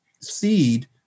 seed